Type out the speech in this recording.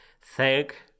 thank